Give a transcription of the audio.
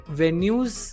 venues